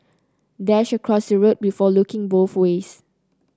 dash across the road before looking both ways